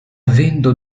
vinto